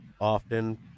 often